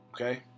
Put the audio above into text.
okay